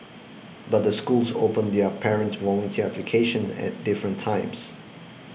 but the schools open their parent volunteer applications at different times